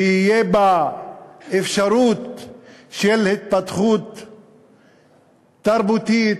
שתהיה בה אפשרות של התפתחות תרבותית,